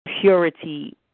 purity